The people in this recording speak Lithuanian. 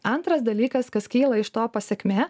antras dalykas kas kyla iš to pasekmė